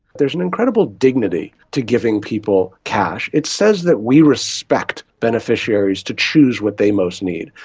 there's an incredible dignity to giving people cash. it says that we respect beneficiaries to choose what they most need.